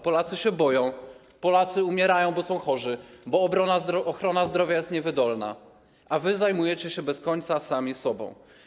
Polacy się boją, Polacy umierają, bo są chorzy, bo ochrona zdrowia jest niewydolna, a wy zajmujecie się bez końca sobą.